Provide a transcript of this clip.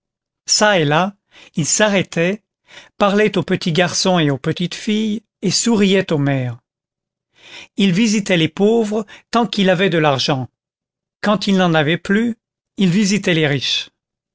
çà et là il s'arrêtait parlait aux petits garçons et aux petites filles et souriait aux mères il visitait les pauvres tant qu'il avait de l'argent quand il n'en avait plus il visitait les riches